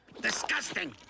Disgusting